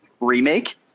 remake